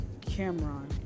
Cameron